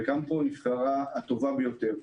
וגם פה נבחרה הטובה ביותר.